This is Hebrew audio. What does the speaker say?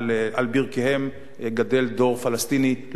ועל ברכיהם גדל דור פלסטיני,